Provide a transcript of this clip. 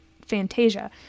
Fantasia